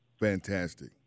Fantastic